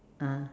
ah